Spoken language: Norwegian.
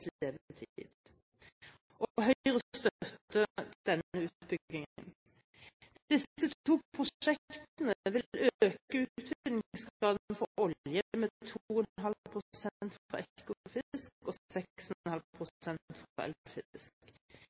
levetid, og Høyre støtter denne utbyggingen. Disse to prosjektene vil øke utvinningsgraden for olje med 2,5 pst. fra Ekofisk og 6,5 pst. fra